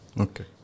Okay